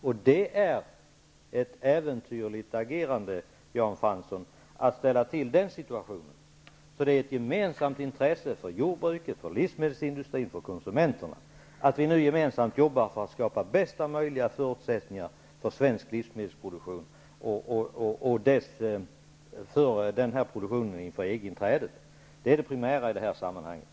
Att ställa till den situationen är ett äventyrligt agerande, Jan Fransson. Det är ett gemensamt intresse för jordbruket, livsmedelsindustrin och konsumenterna att jobba för att skapa bästa möjliga förutsättningar för svensk livsmedelsproduktion före EG-inträdet. Det är det primära i det här sammanhanget.